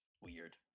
weird